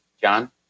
John